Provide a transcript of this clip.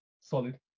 Solid